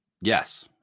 Yes